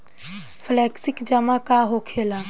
Flexi जमा का होखेला?